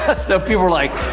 ah so people are like,